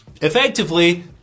effectively